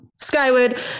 Skyward